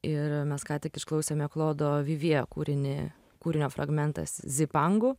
ir mes ką tik išklausėme klodo vivjė kūrinį kūrinio fragmentas zipangu